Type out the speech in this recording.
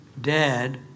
Dad